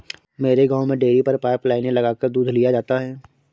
मेरे गांव में डेरी पर पाइप लाइने लगाकर दूध लिया जाता है